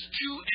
two